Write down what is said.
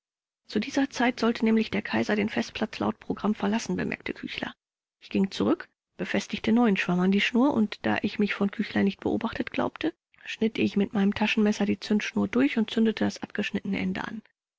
zu dieser zeit sollte nämlich der kaiser den festplatz laut programm verlassen bemerkte küchler ich ging zurück befestigte neuen schwamm an die schnur und da ich mich von küchler nicht beobachtet glaubte schnitt ich mit meinem taschenmesser die zündschnur durch und zündete das abgeschnittene ende an